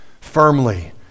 firmly